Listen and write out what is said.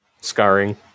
scarring